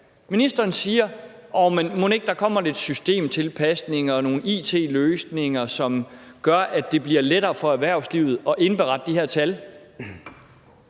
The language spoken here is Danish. Ministeren siger: Jo, men mon ikke der kommer lidt systemtilpasninger og nogle it-løsninger, som gør, at det bliver lettere for erhvervslivet at indberette de her tal.